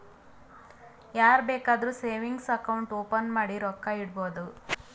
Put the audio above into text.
ಯಾರ್ ಬೇಕಾದ್ರೂ savings account open ಮಾಡಿ ರೊಕ್ಕಾ ಇಡ್ಬೋದು